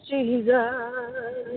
Jesus